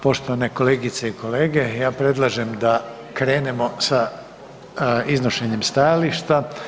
Poštovane kolegice i kolege, ja predlažem da krenemo sa iznošenjem stajališta.